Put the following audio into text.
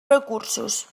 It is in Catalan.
recursos